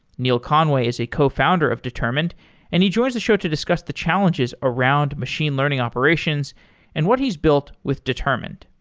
neil conway is a cofounder of determined and he joins the show to discuss the challenges around machine learning operations and what he's built with determined.